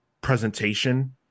presentation